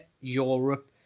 Europe